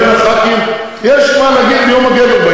צא לדרך.